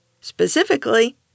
Specifically